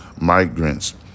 migrants